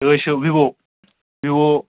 یہِ حظ چھُ ویٖوو ویٖوو